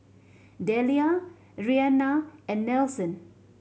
Delia Reanna and Nelson